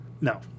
No